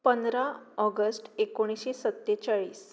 पंदरा ऑगस्ट एकुणशें सत्तेचाळीस